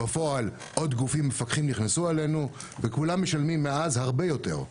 בפועל עוד גופים מפקחים נכנסו אלינו וכולם משלמים מאז הרבה יותר.